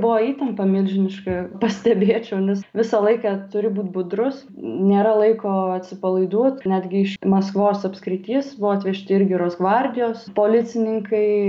buvo įtempa milžiniška pastebėčiau nes visą laiką turi būt budrus nėra laiko atsipalaiduot netgi iš maskvos apskrities buvo atvežti ir giros gvardijos policininkai